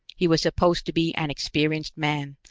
he was supposed to be an experienced man,